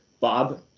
Bob